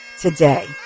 today